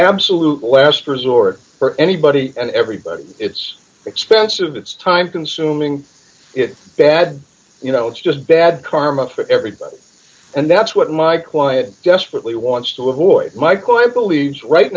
absolute last resort for anybody and everybody it's expensive it's time consuming it bad you know it's just bad karma for everybody and that's what my quiet desperately wants to avoid michael i believes right